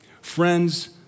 Friends